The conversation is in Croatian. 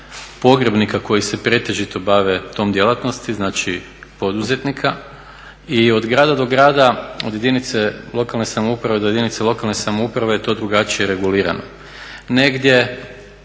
pogrebnika koji se pretežito bave tom djelatnosti, znači poduzetnika, i od grada do grada, od jedinice lokalne samouprave do jedinice lokalne samouprave je to drugačije regulirano.